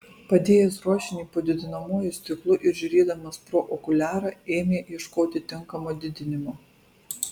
padėjęs ruošinį po didinamuoju stiklu ir žiūrėdamas pro okuliarą ėmė ieškoti tinkamo didinimo